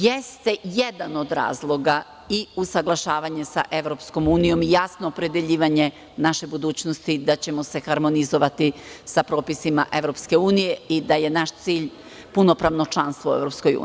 Jeste jedan od razloga i usaglašavanje sa EU jasno opredeljivanje naše budućnosti da ćemo se harmonizovati sa propisima EU i da je naš cilj punopravno članstvo u EU.